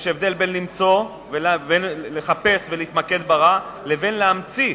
יש הבדל בין למצוא, לחפש ולהתמקד ברע, לבין להמציא